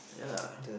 ya